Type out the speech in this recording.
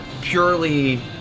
purely